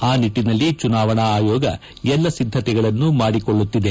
ಆ ನಿಟ್ಲನಲ್ಲಿ ಚುನಾವಣಾ ಆಯೋಗ ಎಲ್ಲ ಸಿದ್ದತೆಗಳನ್ನು ಮಾಡಿಕೊಳ್ಳುತ್ತಿದೆ